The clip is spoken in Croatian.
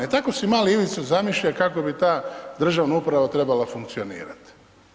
I tako se mali Ivica zamišlja kako bi ta državna uprava trebala funkcionirati.